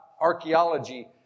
archaeology